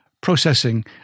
processing